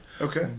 Okay